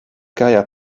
carrière